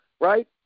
right